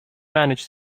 manage